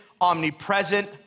omnipresent